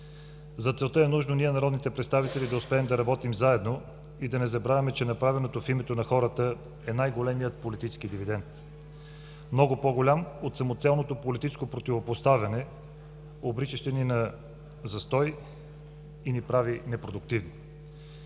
За целта е нужно ние – народните представители, да успеем да работим заедно и да не забравяме, че направеното в името на хората е най-големият политически дивидент, много по-голям от самоцелното политическо противопоставяне, обричащо ни на застой и ни прави непродуктивни.